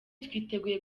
twiteguye